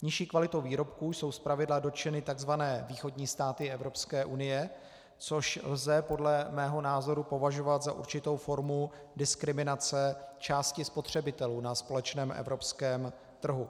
Nižší kvalitou výrobků jsou zpravidla dotčeny takzvané východní státy Evropské unie, což lze podle mého názoru považovat za určitou formu diskriminace části spotřebitelů na společném evropském trhu.